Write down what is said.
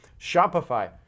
Shopify